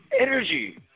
energy